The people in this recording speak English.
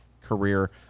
career